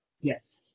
Yes